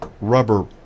rubber